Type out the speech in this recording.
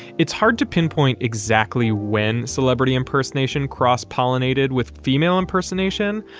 it's hard to pinpoint exactly when celebrity impersonation cross-pollinated with female impersonation,